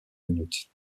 minutes